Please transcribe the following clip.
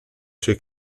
sue